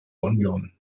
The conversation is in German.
union